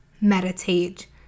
meditate